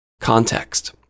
context